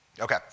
Okay